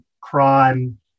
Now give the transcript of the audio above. crime